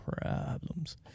problems